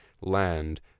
land